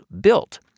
BUILT